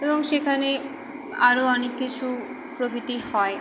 এবং সেখানে আরও অনেক কিছু প্রভৃতি হয়